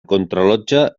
contrarellotge